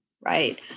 right